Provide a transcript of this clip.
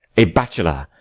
a bachelor,